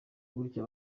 gutya